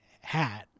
hat